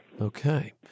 Okay